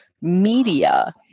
media